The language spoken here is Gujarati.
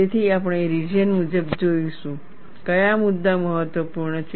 તેથી આપણે રિજિયન મુજબ જોઈશું કયા મુદ્દા મહત્વપૂર્ણ છે